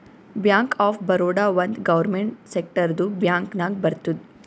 bank of Baroda ಒಂದ್ government ಸೆಕ್ಟರ್ದು bank ನಾಗ್ ಬರ್ತುದ್